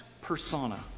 persona